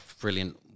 brilliant